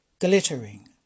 glittering